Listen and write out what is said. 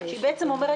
שהיא בעצם אומרת,